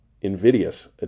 invidious